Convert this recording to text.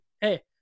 hey